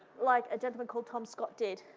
like a gentleman called tom scott did,